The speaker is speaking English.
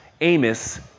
Amos